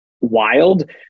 wild